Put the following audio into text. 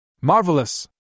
Marvelous